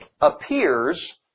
appears